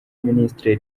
minisitiri